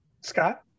Scott